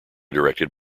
directed